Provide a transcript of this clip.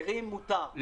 לאחרים מותר.